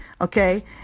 Okay